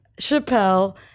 Chappelle